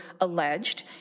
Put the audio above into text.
alleged